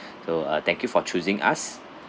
so I thank you for choosing us